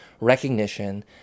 recognition